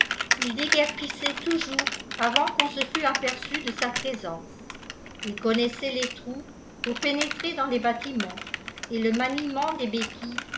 ii déguerpissait toujours avant qu'on se fût aperçu de sa présence il connaissait les trous pour pénétrer dans les bâtiments et le maniement des béquilles